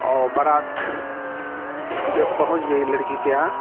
और बारात जब पहुँच गई लड़की के यहाँ